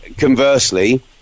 conversely